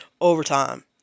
Overtime